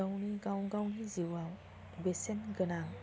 गावनि गाव गावनि जिउआव बेसेन गोनां